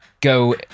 go